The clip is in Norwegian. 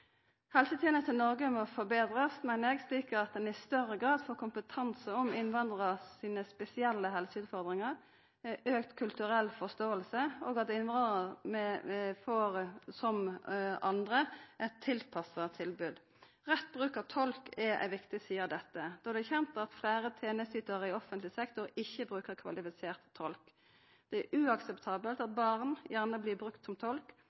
Helsetenesta i Noreg må forbetrast, meiner eg, slik at ein i større grad får kompetanse om innvandrarar sine spesielle helseutfordringar og auka kulturell forståing, slik at innvandrarar, som andre, får eit tilpassa tilbod. Rett bruk av tolk er ei viktig side av dette, då det er kjent at fleire tenesteytarar i offentleg sektor ikkje bruker kvalifisert tolk. Det er uakseptabelt at barn gjerne blir brukte som tolk,